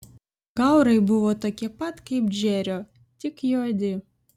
gaurai buvo tokie pat kaip džerio tik juodi